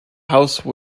house